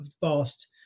fast